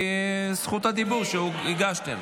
זכות הדיבור שהגשתם.